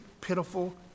pitiful